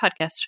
podcast